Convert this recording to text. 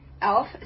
Elf